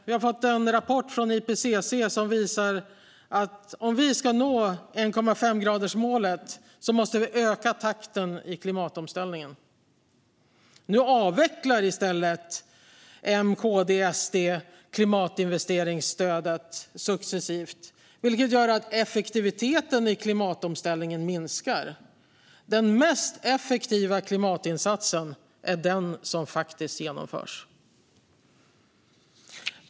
Vi har fått en rapport från IPCC som visar att om vi ska nå 1,5-gradersmålet måste vi öka takten i klimatomställningen. Nu avvecklar i stället M, KD och SD successivt klimatinvesteringsstödet, vilket gör att effektiviteten i klimatomställningen minskar. Den mest effektiva klimatinsatsen är den som faktiskt genomförs.